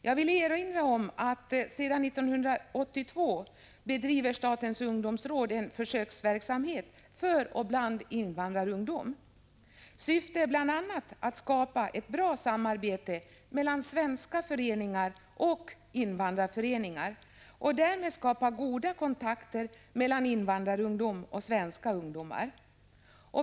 Jag vill erinra om att statens ungdomsråd sedan 1982 bedriver en försöksverksamhet för och bland invandrarungdom. Syftet är bl.a. att skapa ett bra samarbete mellan svenska föreningar och invandrarföreningar och därmed skapa goda kontakter mellan invandrarungdom och svenska ungdomar.